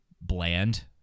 bland